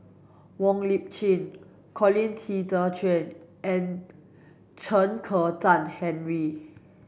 Wong Lip Chin Colin Qi Zhe Quan and Chen Kezhan Henri